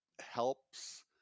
helps